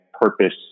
purpose